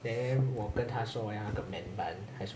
then 我跟她说我要那个 man bun